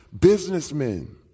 businessmen